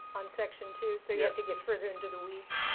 on section two, so you have to get further into the weed.